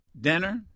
dinner